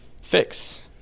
fix